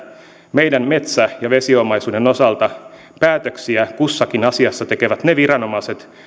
meidän metsä ja vesiomaisuuden osalta päätöksiä kussakin asiassa tekevät ne viranomaiset